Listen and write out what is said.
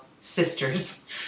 sisters